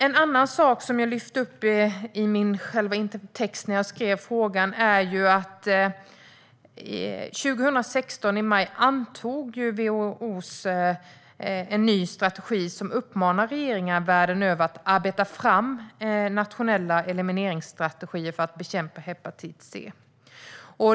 En annan sak som jag lyfte fram i min text när jag skrev interpellationen är att WHO i maj 2016 antog en ny strategi som uppmanar regeringar världen över att arbeta fram nationella elimineringsstrategier för att bekämpa hepatit C.